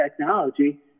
technology